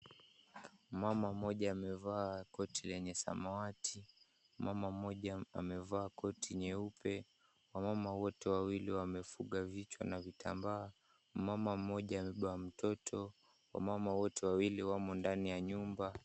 Mama mmoja amevaa koti lenye samawati. Mama mmoja amevaa koti nyeupe. Wamama wote wawili wamefunga vichwa na vitambaa. Mama mmoja amebeba mtoto. Wamama wote wawili wamo ndani ya nyumba.